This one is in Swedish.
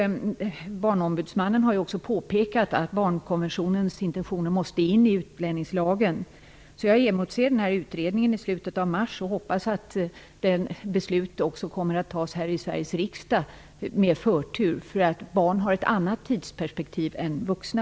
Barnombudsmannen har också påpekat att barnkonventionens intentioner måste tas in i utlänningslagen. Jag emotser redovisningen av utredningen i slutet av mars och hoppas att beslut också kommer att fattas med förtur här i Sveriges riksdag. Barn har ett annat tidsperspektiv än vuxna.